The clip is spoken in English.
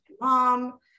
mom